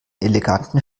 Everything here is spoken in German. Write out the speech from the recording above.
eleganten